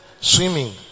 swimming